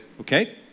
Okay